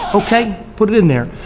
okay, put it in there.